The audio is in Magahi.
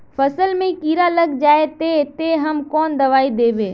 फसल में कीड़ा लग जाए ते, ते हम कौन दबाई दबे?